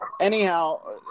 Anyhow